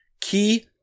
key